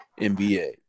NBA